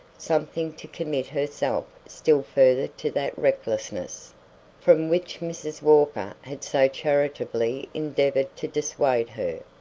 something to commit herself still further to that recklessness from which mrs. walker had so charitably endeavored to dissuade her.